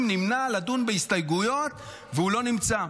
נמנע מלדון בהסתייגויות והוא לא נמצא.